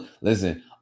listen